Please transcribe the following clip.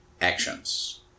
actions